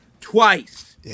twice